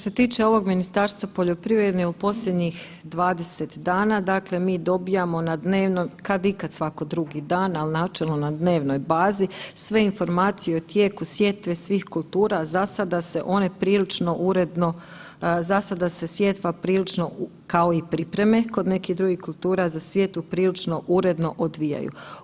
Što se tiče ovog Ministarstva poljoprivrede, u posljednjih 20 dana, dakle mi dobijamo na dnevnoj, kadikad svako drugi dan, al načelno na dnevnoj bazi sve informacije o tijeku sjetve svih kultura, za sada se one prilično uredno, za sada se sjetva prilično, kao i pripreme kod nekih drugih kultura za sjetvu, prilično uredno odvijaju.